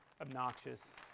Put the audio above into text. obnoxious